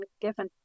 given